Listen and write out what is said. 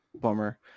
bummer